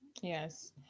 yes